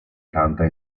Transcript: canta